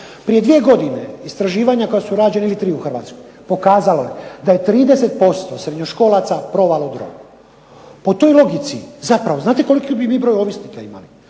Prije dvije godine istraživanja koja su rađena ili tri u HRvatskoj, pokazalo je da je 30% srednjoškolaca probalo drogu. Po toj logici zapravo znate koliki bi mi broj ovisnika imali?